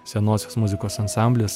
senosios muzikos ansamblis